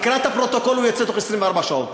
תקרא את הפרוטוקול, הוא יוצא בתוך 24 שעות.